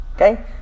okay